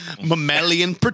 mammalian